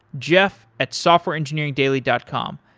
jeff at softwareengineeringdaily dot com.